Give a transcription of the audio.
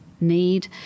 need